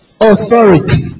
Authority